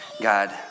God